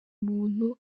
muntu